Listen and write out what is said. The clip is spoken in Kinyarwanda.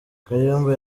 kayumba